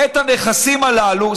את הנכסים הללו,